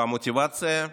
המוטיבציה,